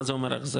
מה זה אומר אחזקה,